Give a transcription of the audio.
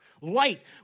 Light